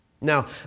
Now